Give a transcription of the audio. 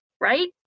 right